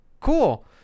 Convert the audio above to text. Cool